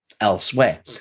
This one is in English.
elsewhere